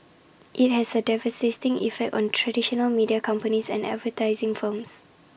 IT has had A devastating effect on traditional media companies and advertising firms